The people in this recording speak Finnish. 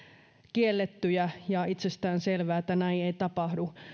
kiellettyjä ja itsestäänselvää että näin ei tapahdu